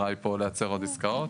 המטרה היא פה לייצר עוד עסקאות.